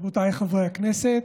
רבותיי חברי הכנסת,